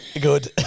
good